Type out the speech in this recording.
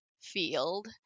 field